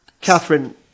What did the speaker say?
Catherine